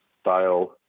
style